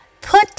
Put